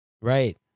Right